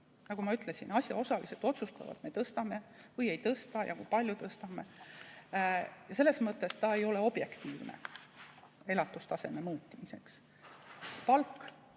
Nagu ma ütlesin, asjaosalised otsustavad, kas me tõstame või ei tõsta ja kui palju tõstame. Selles mõttes ta ei ole objektiivne elatustaseme muutumise näitaja.